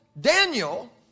Daniel